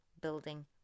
building